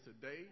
today